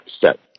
set